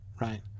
right